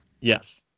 Yes